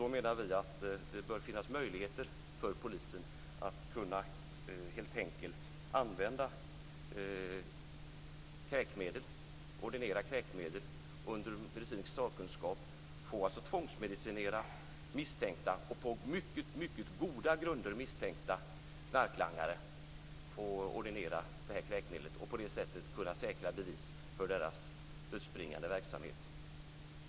Då menar vi att det bör finnas möjligheter för polisen att använda kräkmedel under medicinsk sakkunskap, alltså tvångsmedicinera på mycket goda grunder misstänkta knarklangare, och på det sättet säkra bevis för deras dödsbringande verksamhet.